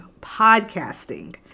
podcasting